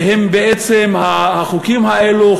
החוקים האלו,